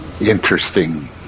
interesting